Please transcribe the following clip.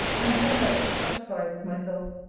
i am come back dissatisfied with myself.